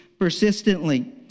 persistently